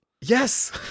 Yes